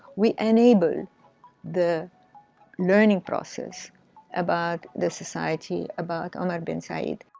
we enable the learning process about the society, about omar ibn said.